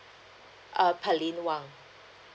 err pearlyn wang